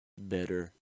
better